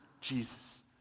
Jesus